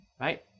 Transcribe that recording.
right